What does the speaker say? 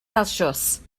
celsius